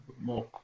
more